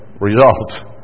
result